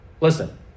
Listen